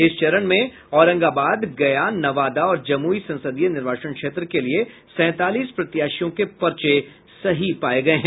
इस चरण में औरंगाबाद गया नवादा और जमुई संसदीय निर्वाचन क्षेत्र के लिये सैंतालीस प्रत्याशियों के पर्चे सही पाये गये हैं